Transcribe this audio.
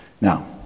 Now